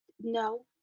no